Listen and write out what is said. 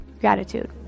Gratitude